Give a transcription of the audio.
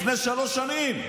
לפני שלוש שנים,